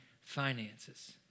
finances